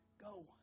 go